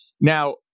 Now